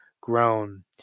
grown